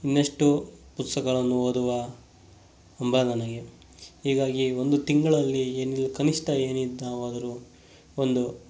ಇನ್ನಷ್ಟು ಪುಸ್ತಕಗಳನ್ನು ಓದುವ ಹಂಬಲ ನನಗೆ ಹೀಗಾಗಿ ಒಂದು ತಿಂಗಳಲ್ಲಿ ಏನಿಲ್ಲ ಕನಿಷ್ಟ ಏನಿದ್ದಾವದ್ರೂ ಒಂದು